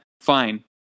fine